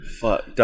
Fuck